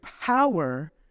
power